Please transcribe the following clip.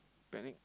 panic